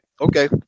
Okay